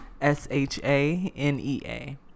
s-h-a-n-e-a